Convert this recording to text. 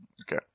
Okay